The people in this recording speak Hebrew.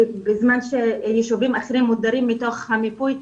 בזמן שיישובים אחרים מודרים מתוך המיפוי,